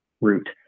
route